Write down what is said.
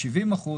70%,